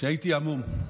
שהייתי המום.